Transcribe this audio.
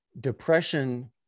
depression